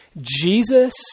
Jesus